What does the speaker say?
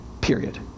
Period